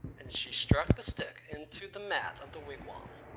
and she struck the stick into the mat of the wigwam.